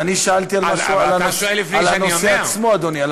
אבל אני שאלתי על הנושא עצמו, אדוני.